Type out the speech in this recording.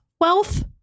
wealth